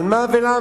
על מה ולמה?